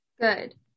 Good